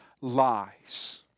lies